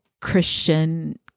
Christian